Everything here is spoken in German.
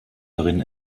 darin